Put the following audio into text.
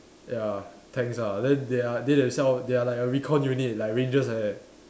ya tanks ah then they are they themselves they are like a recall unit like rangers like that